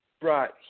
brought